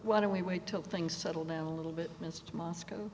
why don't we wait till things settle down a little bit mr moscow